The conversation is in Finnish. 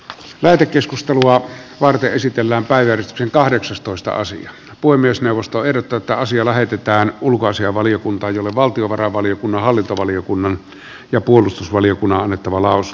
lähetekeskustelua varten esitellään päivä kahdeksastoista sija voi myös neuvostoertotaasia lähetetään ulkoasiainvaliokuntaan jolle valtiovarainvaliokunnan hallintovaliokunnan ja puolustusvaliokunnan on annettava lausunto